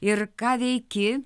ir ką veiki